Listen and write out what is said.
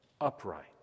upright